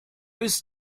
ist